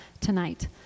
tonight